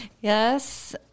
Yes